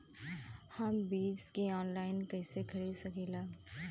हम बीज के आनलाइन कइसे खरीद सकीला?